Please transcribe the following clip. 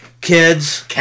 kids